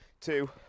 Two